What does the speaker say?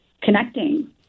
connecting